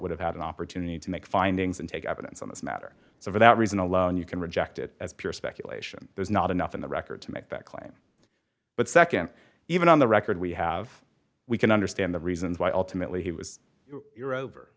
would have had an opportunity to make findings and take evidence on this matter so for that reason alone you can reject it as pure speculation there's not enough in the record to make that claim but nd even on the record we have we can understand the reasons why ultimately he was you're over